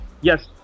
Yes